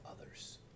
others